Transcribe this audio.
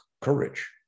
courage